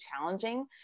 challenging